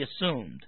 assumed